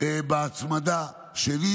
בהצמדה שלי,